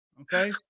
okay